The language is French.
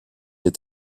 est